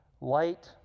light